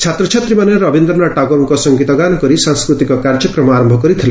ଛାତ୍ରଛାତ୍ରୀମାନେ ରବିନ୍ଦ୍ରନାଥ ଟାଗୋରଙ୍କ ସଙ୍ଗୀତଗାନ କରି ସାଂସ୍କୃତିକ କାର୍ଯ୍ୟକ୍ରମ ଆରମ୍ଭ କରିଥିଲେ